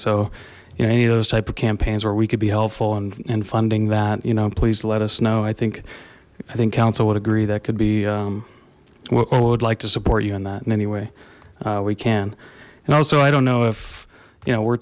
so you know any of those type of campaigns where we could be helpful and funding that you know please let us know i think i think counsel would agree that could be what would like to support you in that in any way we can and also i don't know if you know we